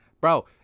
Bro